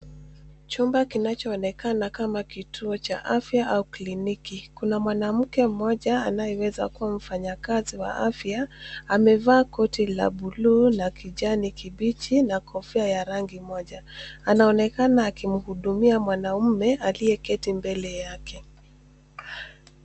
Chumba kinachoonekana kama kituo cha afya au kliniki. Kuna mwanamke mmoja anayeweza kuwa mfanya kazi wa afya amevaa koti la bluu la kijani kibichi na kofia ya rangi moja. Anaonekana akimuhudumia mwanaume aliyeketi mbele yake.